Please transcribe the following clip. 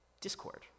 discord